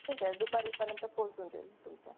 ठीक आहे दुपारपर्यंत पोहचून देईल तुमचं